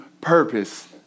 purpose